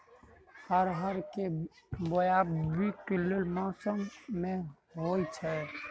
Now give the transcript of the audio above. अरहर केँ बोवायी केँ मौसम मे होइ छैय?